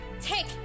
take